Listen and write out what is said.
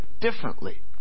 differently